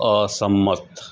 અસંમત